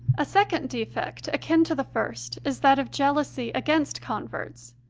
a second defect, akin to the first, is that of jeal ousy against converts.